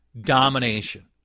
domination